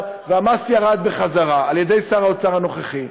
והמס ירד בחזרה על-ידי שר האוצר הנוכחי.